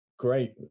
great